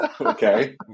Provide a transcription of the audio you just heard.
Okay